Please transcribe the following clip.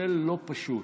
זה לא פשוט.